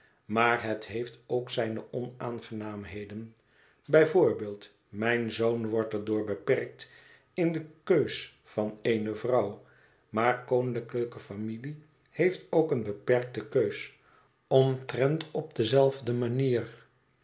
maar het heeft ook zijne onaangenaamheden bij voorbeeld mijn zoon wordt er door beperkt in de keus van eene vrouw maar koninklijke familie heeft ook eene beperkte keus omtrent op dezelfde manier